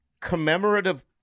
commemorative